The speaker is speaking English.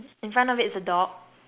in front of it's a dog